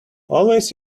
always